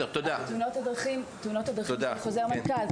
תאונות הדרכים הן בחוזר מנכ"ל.